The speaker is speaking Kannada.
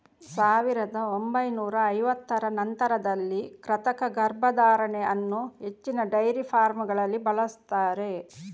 ಸಾವಿರದ ಒಂಬೈನೂರ ಐವತ್ತರ ನಂತರದಲ್ಲಿ ಕೃತಕ ಗರ್ಭಧಾರಣೆ ಅನ್ನು ಹೆಚ್ಚಿನ ಡೈರಿ ಫಾರ್ಮಗಳಲ್ಲಿ ಬಳಸ್ತಾರೆ